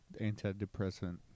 antidepressant